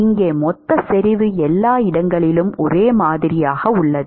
இங்கே மொத்த செறிவு எல்லா இடங்களிலும் ஒரே மாதிரியாக உள்ளது